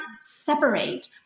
separate